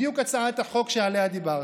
בדיוק הצעת החוק שעליה דיברתי.